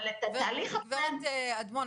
אבל את התהליך --- גב' אדמון,